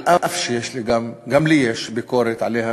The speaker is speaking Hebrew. אף שגם לי יש ביקורת עליה,